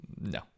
No